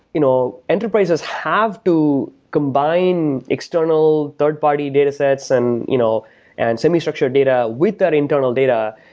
you know enterprises have to combine external third-party datasets and you know and semi-structured data with that internal data,